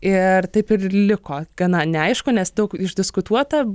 ir taip ir liko gana neaišku nes daug išdiskutuota